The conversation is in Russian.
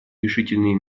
решительные